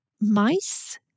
mice